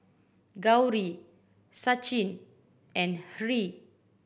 Gauri Sachin and Hri